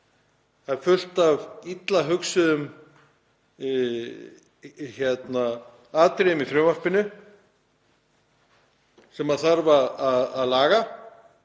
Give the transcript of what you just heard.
það er fullt af illa hugsuðum atriðum í frumvarpinu sem þarf að laga.